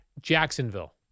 Jacksonville